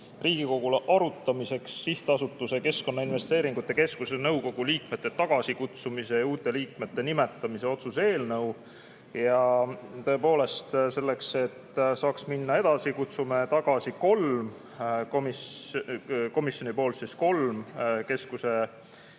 Riigikogule arutamiseks Sihtasutuse Keskkonnainvesteeringute Keskus nõukogu liikmete tagasikutsumise ja uute liikmete nimetamise otsuse eelnõu. Ja tõepoolest, selleks, et saaks minna edasi, kutsume komisjoni poolt tagasi kolm keskuse